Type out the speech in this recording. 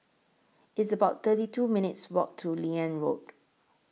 It's about thirty two minutes' Walk to Liane Road